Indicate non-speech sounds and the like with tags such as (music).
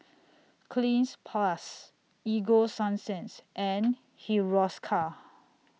Cleanz Plus Ego Sunsense and (noise) Hiruscar